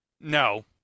No